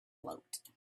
float